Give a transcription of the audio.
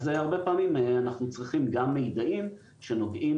אז הרבה פעמים אנחנו צריכים גם מיידעים שנובעים